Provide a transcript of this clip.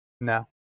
No